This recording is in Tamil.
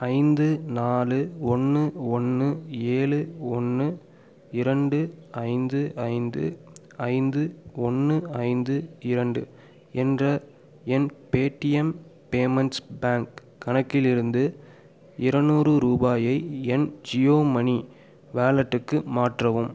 ஐந்து நாலு ஒன்று ஒன்று ஏழு ஒன்று இரண்டு ஐந்து ஐந்து ஐந்து ஒன்று ஐந்து இரண்டு என்ற என் பேடீஎம் பேமெண்ட்ஸ் பேங்க் கணக்கிலிருந்து இருநூறு ரூபாயை என் ஜியோ மனி வாலெட்டுக்கு மாற்றவும்